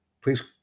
Please